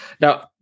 Now